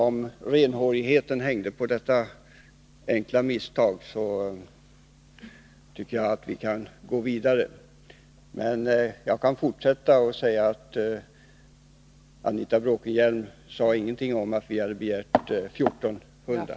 Om renhårigheten hängde på detta enkla misstag, tycker jag att vi kan gå vidare. Men jag kan fortsätta. Anita Bråkenhielm sade inte någonting om att vi har begärt 14 hundar.